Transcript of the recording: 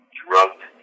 drugged